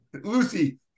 Lucy